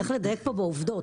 צריך לדייק פה בעובדות,